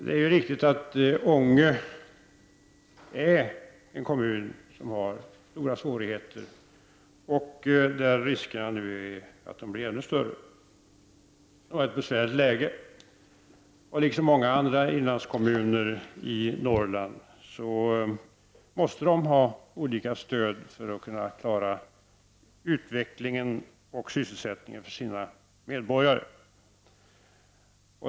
Det är riktigt att Ånge kommun har stora svårigheter och att det finns risk att de blir ännu större. Kommunen har ett besvärligt läge. Liksom många andra inlandskommuner i Norrland måste man ha olika stöd för att klara utveckling och sysselsättning för sina medborgare.